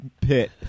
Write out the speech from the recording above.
pit